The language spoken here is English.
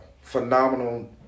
phenomenal